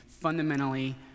fundamentally